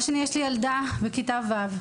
דבר שני, יש לי ילדה בכיתה ו'.